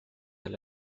del